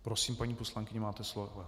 Prosím, paní poslankyně, máte slovo.